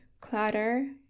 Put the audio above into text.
clutter